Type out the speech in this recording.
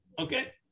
okay